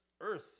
earth